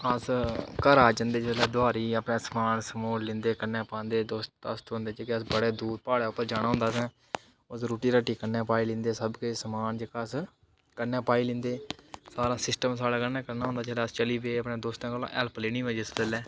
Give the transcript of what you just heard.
अस घरा जंदे जिसलै दोआरी अपने समान समून लैंदे कन्नै पांदे दोस्त दास्त होंदे क्योंकि असें बड़े दूर प्हाड़ै उप्पर जाना होंदा असें उद्धर रुट्टी रट्टी कन्नै पाई लैंदे सब किश समान जेह्का अस कन्नै पाई लैेंदे सारा सिस्टम साढ़े कन्नै कन्नै होंदा जिसलै अस चली पे अपने दोस्तें कोला हैल्प लैनी होऐ जिस बेल्लै